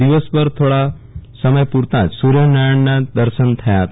દિવસભર થોડા સમય પુરતાં જ સુર્યનારાયણ દર્શન થયા હતા